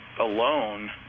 alone